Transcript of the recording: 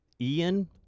Ian